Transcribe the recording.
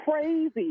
crazy